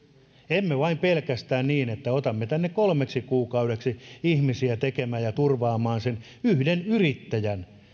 emme vain pelkästään niin että otamme tänne kolmeksi kuukaudeksi ihmisiä tekemään ja turvaamaan sen yhden yrittäjän